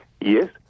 Yes